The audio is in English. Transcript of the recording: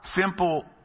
simple